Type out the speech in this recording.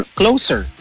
closer